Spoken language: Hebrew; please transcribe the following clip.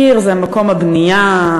העיר זה מקום הבנייה,